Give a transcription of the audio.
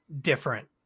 different